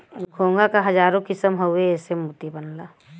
घोंघा क हजारो किसम हउवे एसे मोती बनला